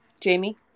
jamie